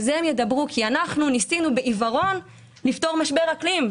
על זה הם ידברו כי אנחנו ניסינו בעיוורון לפתור משבר אקלים,